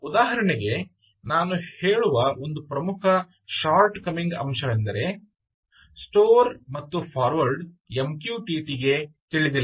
ಉದಾಹರಣೆಗೆ ನಾನು ಹೇಳುವ ಒಂದು ಪ್ರಮುಖ ಶಾರ್ಟ್ ಕಮಿಂಗ್ ಅಂಶವೆಂದರೆ ಸ್ಟೋರ್ ಮತ್ತು ಫಾರ್ವರ್ಡ್ MQTT ಗೆ ತಿಳಿದಿಲ್ಲ